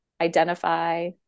identify